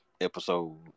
episode